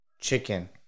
Chicken